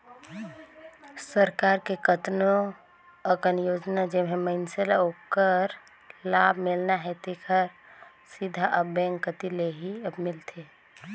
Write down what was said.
सरकार के कतनो अकन योजना जेम्हें मइनसे ल ओखर लाभ मिलना हे तेहर सीधा अब बेंक कति ले ही अब मिलथे